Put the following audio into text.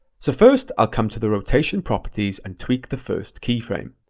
so first, i'll come to the rotation properties and tweak the first keyframe.